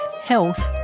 Health